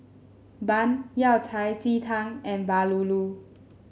bun Yao Cai Ji Tang and bahulu